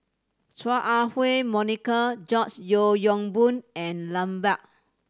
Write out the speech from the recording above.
Chua Ah Huwa Monica George Yeo Yong Boon and Lambert